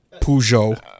Peugeot